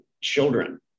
children